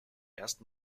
erst